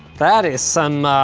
that is some,